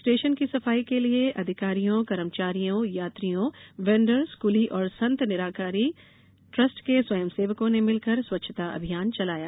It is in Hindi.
स्टेशन की सफाई के लिये आधिकारियों कर्मचारियों यात्रियों वेंडर्स कुली और संत निराकारी ट्रस्ट के स्वयं सेवकों ने मिलकर स्वच्छता अभियान चलाया